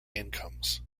incomes